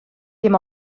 dim